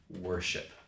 worship